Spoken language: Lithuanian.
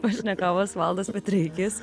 pašnekovas valdas petreikis